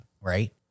right